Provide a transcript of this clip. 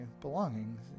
belongings